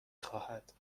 خواهد